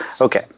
Okay